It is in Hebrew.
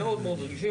הם מאוד מאוד רגישים,